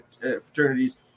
fraternities